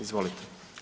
Izvolite.